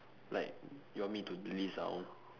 like you want me to list down